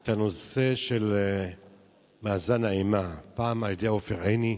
את הנושא של מאזן האימה, פעם על-ידי עופר עיני,